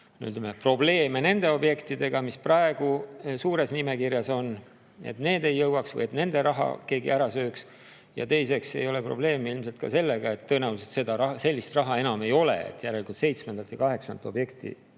ütleme, probleeme nende objektidega, mis praegu suures nimekirjas on, et nendeni ei jõuaks või et nende raha keegi ära sööks. Teiseks ei ole probleeme ilmselt ka sellega, et tõenäoliselt sellist raha enam ei ole, järelikult